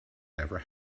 never